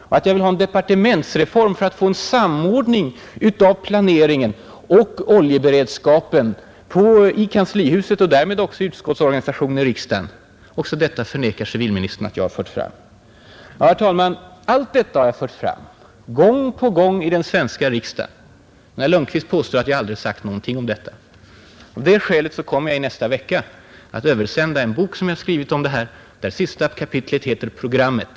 Och att jag vill ha en departementsreform för att få en samordning av planeringen och skötseln av oljeberedskapen i kanslihuset förnekar tydligen civilministern. Det mesta av det här har jag fört fram gång på gång i den svenska riksdagen. Men herr Lundkvist påstår att jag aldrig sagt någonting om detta. Av det skälet kommer jag i nästa vecka att översända en bok, som jag skrivit om oljepolitiken, där sista kapitlet heter Programmet.